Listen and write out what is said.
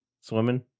Swimming